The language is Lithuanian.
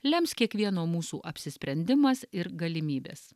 lems kiekvieno mūsų apsisprendimas ir galimybės